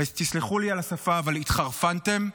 תסלחו לי על השפה, אבל התחרפנתם?